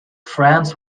france